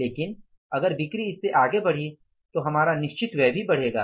लेकिन अगर बिक्री इससे आगे बढ़ी तो हमारा निश्चित व्यय भी बढ़ेगा